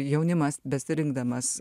jaunimas besirinkdamas